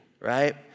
right